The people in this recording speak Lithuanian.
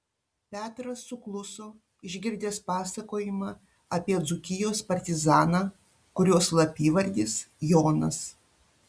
petras sukluso išgirdęs pasakojimą apie dzūkijos partizaną kurio slapyvardis jonas